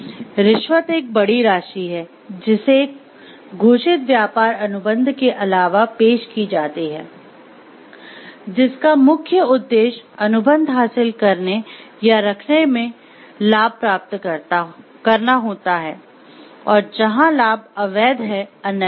रिश्वत एक बड़ी राशि है जिसे एक "घोषित व्यापार अनुबंध" के अलावा पेश की जाती है जिसका मुख्य उद्देश्य अनुबंध हासिल करने या रखने में लाभ प्राप्त करना होता है और जहां लाभ अवैध है अनैतिक है